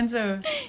chicken wrap